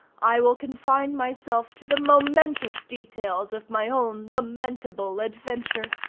i will confine myself to the momentous details of my own lamentable adventure.